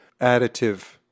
additive